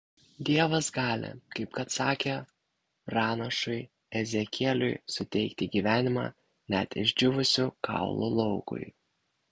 dievas gali kaip kad sakė pranašui ezekieliui suteikti gyvenimą net išdžiūvusių kaulų laukui